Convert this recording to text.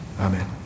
Amen